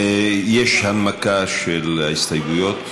יש הנמקה של ההסתייגויות.